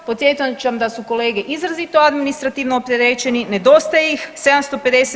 Podsjećam da su kolege izrazito administrativno opterećeni, nedostaje ih 750.